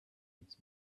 its